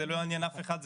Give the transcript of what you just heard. זה לא יעניין אף אחד,